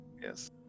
yes